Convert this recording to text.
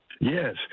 Yes